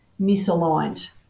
misaligned